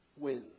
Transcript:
wins